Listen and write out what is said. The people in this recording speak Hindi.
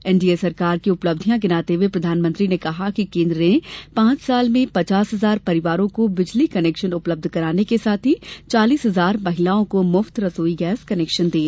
एनडीए सरकार की उपलब्धियां गिनाते हुए प्रधानमंत्री ने कहा कि केन्द्र ने पांच साल में पचास हजार परिवारों को बिजली कनेक्शन उपलब्ध कराने के साथ ही चालीस हजार महिलाओं को मुफ्त रसोई गैस कनेक्शन दिए